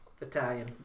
Italian